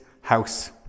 house